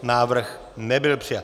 Návrh nebyl přijat.